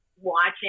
watching